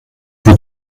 vous